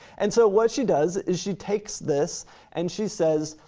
and so what she does is she takes this and she says,